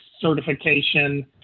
certification